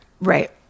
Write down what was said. right